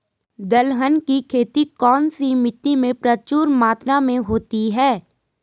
दलहन की खेती कौन सी मिट्टी में प्रचुर मात्रा में होती है?